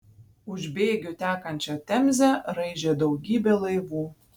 už bėgių tekančią temzę raižė daugybė laivų